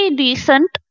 decent